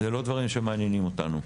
זה לא דברים שמעניינים אותנו.